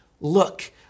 look